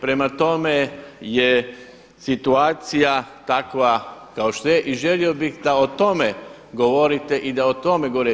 Prema tome je situacija takva kao što je i želio bih da o tome govorite i da o tome govorite.